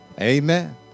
Amen